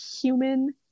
human